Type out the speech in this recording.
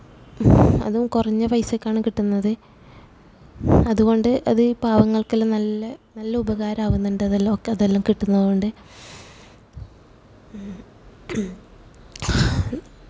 അതും കുറഞ്ഞ പൈസക്കാണ് കിട്ടുന്നത് അതു കൊണ്ട് അതീ പാവങ്ങള്ക്കെല്ലാം നല്ല നല്ലുപകാരം ആകുന്നുണ്ട് അതെല്ലാം ഒക്കെ അതെല്ലാം കിട്ടുന്നതു കൊണ്ട്